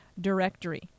directory